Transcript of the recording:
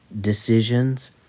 Decisions